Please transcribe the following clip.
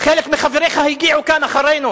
חלק מחבריך הגיעו לכאן אחרינו